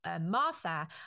Martha